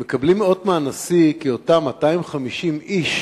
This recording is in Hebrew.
הם מקבלים אות מהנשיא, כי אותם 250 איש